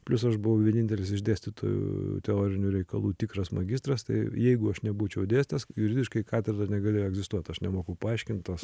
plius aš buvau vienintelis iš dėstytojų teorinių reikalų tikras magistras tai jeigu aš nebūčiau dėstęs juridiškai katedra negalėjo egzistuot aš nemoku paaiškint tos